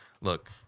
Look